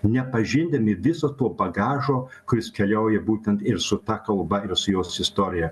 nepažindami viso to bagažo kuris keliauja būtent ir su ta kalba ir su jos istorija